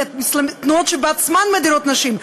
תנועות שבעצמן מדירות נשים,